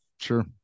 sure